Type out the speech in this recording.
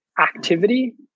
activity